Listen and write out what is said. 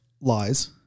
lies